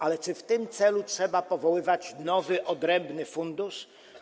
Ale czy w tym celu trzeba powoływać nowy, odrębny fundusz?